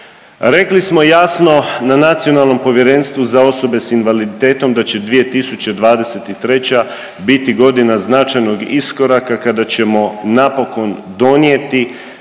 Rekli smo jasno na Nacionalnom povjerenstvu za osobe s invaliditetom da će 2023. biti godina značajnog iskoraka kada ćemo napokon donijeti,